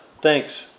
thanks